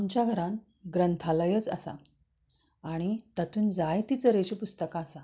आमच्या घरांत ग्रंथालयच आसा आनी तातूंत जायती तरेचीं पुस्तकां आसा